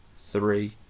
three